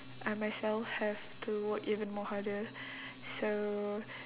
I myself have to work even more harder so